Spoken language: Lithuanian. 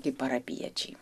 kaip parapijiečiai